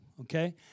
Okay